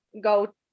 go